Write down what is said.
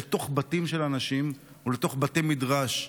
לתוך בתים של אנשים ולתוך בתי מדרש.